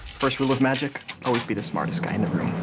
first rule of magic always be the smartest guy in the room.